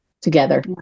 together